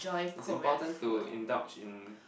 it's important to indulge in